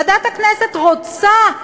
ועדת הכנסת רוצה.